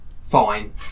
fine